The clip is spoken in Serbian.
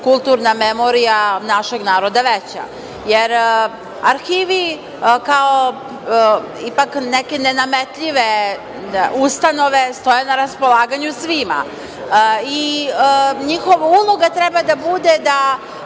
kulturan memorija našeg naroda veća. Arhivi kao ipak neke nenametljive ustanove stoje na raspolaganju svima. Njihova uloga treba da bude da